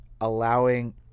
allowing